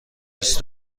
بیست